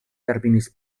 terminis